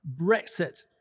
Brexit